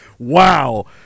Wow